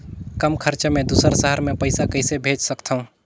कम खरचा मे दुसर शहर मे पईसा कइसे भेज सकथव?